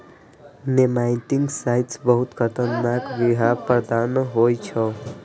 nematicides बहुत खतरनाक बिखाह पदार्थ होइ छै